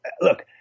look